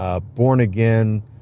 born-again